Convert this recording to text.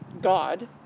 god